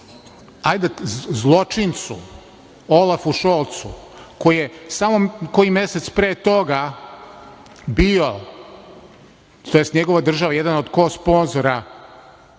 jednom zločincu Olafu Šolcu koji je samo koji mesec pre toga bio tj. njegova država jedna od kosponzora